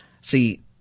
See